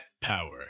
power